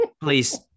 please